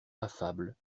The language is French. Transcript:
affable